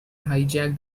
hijack